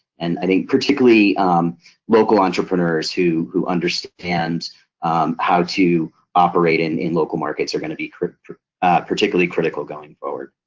and i think particularly local entrepreneurs who who understand how to operate in in local markets are going to be particularly critical going forward.